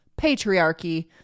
patriarchy